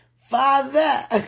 Father